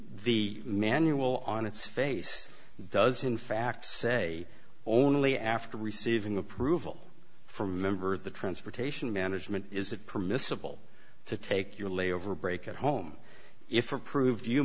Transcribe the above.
the manual on its face does in fact say only after receiving approval from member the transportation management is it permissible to take your layover break at home if for prove you